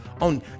on